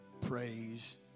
praise